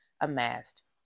amassed